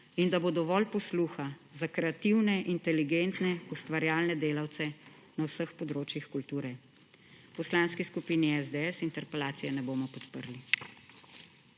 in da bo dovolj posluha za kreativne, inteligentne ustvarjalne delavce na vseh področjih kulture. V Poslanski skupini SDS interpelacije ne bomo podprli.